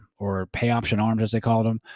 or pay option arms as they called them,